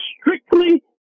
strictly